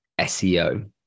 SEO